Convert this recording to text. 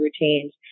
routines